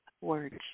words